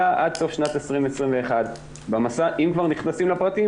עד סוף שנת 2021. אם כבר נכנסים לפרטים,